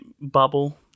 bubble